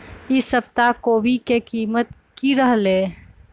ई सप्ताह कोवी के कीमत की रहलै?